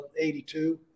82